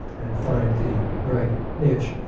and find the right niche.